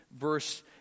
verse